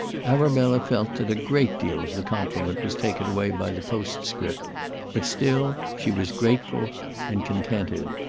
arabella felt that a great deal of the compliment was taken away by the postscript but still she was grateful and contented.